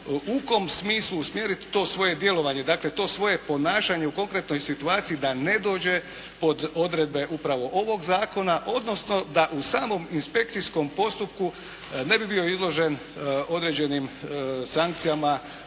u kom smislu usmjeriti to svoje djelovanje, dakle to svoje ponašanje u konkretnoj situaciji da ne dođe do odredbe upravo ovog zakona, odnosno da u samom inspekcijskom postupku ne bi bio izložen određenim sankcijama